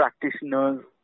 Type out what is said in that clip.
practitioners